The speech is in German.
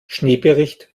schneebericht